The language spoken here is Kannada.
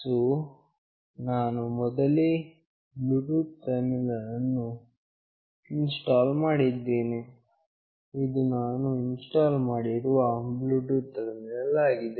ಸೋ ನಾನು ಮೊದಲೇ ಬ್ಲೂಟೂತ್ ಟರ್ಮಿನಲ್ ಅನ್ನು ಇನ್ಸ್ಟಾಲ್ ಮಾಡಿದ್ದೇನೆ ಇದು ನಾನು ಇನ್ಸ್ಟಾಲ್ ಮಾಡಿರುವ ಬ್ಲೂಟೂತ್ ಟರ್ಮಿನಲ್ ಆಗಿದೆ